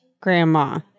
grandma